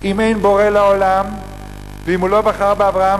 אם אין בורא לעולם ואם הוא לא בחר באברהם